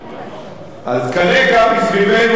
אז כרגע מסביבנו אין שלום,